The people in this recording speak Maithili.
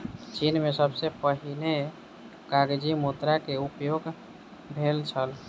चीन में सबसे पहिने कागज़ी मुद्रा के उपयोग भेल छल